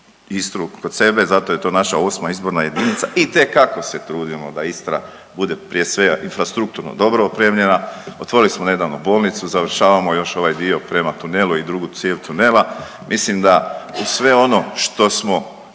Istru kod sebe, zato je to naša 8. izborna jedinica, itekako se trudimo da Istra bude prije svega infrastrukturno dobro opremljena, otvorili smo nedavno bolnicu, završavamo još ovaj dio prema tunelu i drugu cijev tunela, mislim da uz sve ono što smo